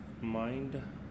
mind